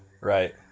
right